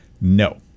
No